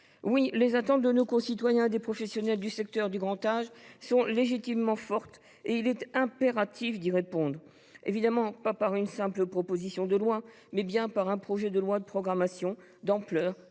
Oui, les attentes de nos concitoyens et des professionnels du secteur du grand âge sont légitimement fortes. Il est impératif d’y répondre, non pas par une simple proposition de loi, mais bien par un projet de loi de programmation d’ampleur,